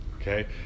Okay